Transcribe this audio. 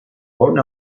born